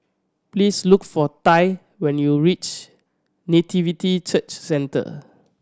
please look for Tai when you reach Nativity Church Centre